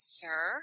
sir